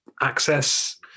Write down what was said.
access